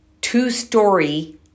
two-story